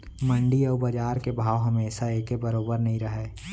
मंडी अउ बजार के भाव हमेसा एके बरोबर नइ रहय